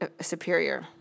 superior